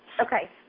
Okay